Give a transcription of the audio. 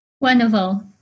wonderful